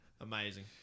Amazing